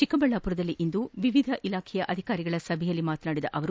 ಚಿಕ್ಕಬಳ್ಳಾಮರದಲ್ಲಿಂದು ವಿವಿಧ ಇಲಾಖಾ ಅಧಿಕಾರಿಗಳ ಸಭೆಯಲ್ಲಿ ಮಾತನಾಡಿದ ಅವರು